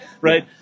Right